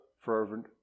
fervent